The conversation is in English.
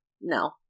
No